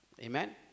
Amen